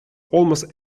almost